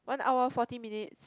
one hour forty minutes